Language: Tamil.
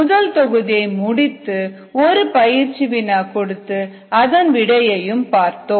முதல் தொகுதியை முடித்து ஒரு பயிற்சி வினா கொடுத்து அதன் விடையையும் பார்த்தோம்